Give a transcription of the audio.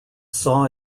saw